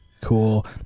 cool